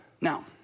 Now